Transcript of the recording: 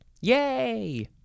yay